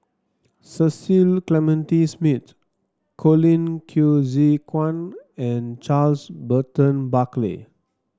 Cecil Clementi Smith Colin Qi Zhe Quan and Charles Burton Buckley